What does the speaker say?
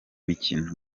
mikino